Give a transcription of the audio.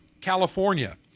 California